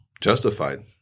justified